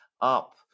up